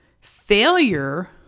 failure